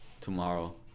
Tomorrow